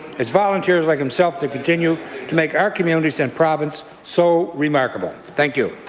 it's volunteers like himself that continue to make our communities and province so remarkable. thank you.